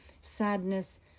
sadness